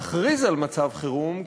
תכריז על מצב חירום,